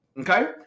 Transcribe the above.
okay